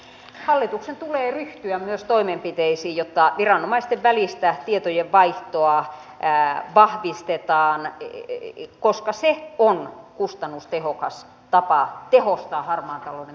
eli hallituksen tulee ryhtyä toimenpiteisiin myös jotta viranomaisten välistä tietojenvaihtoa vahvistetaan koska se on kustannustehokas tapa tehostaa harmaan talouden torjuntaa